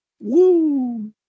Woo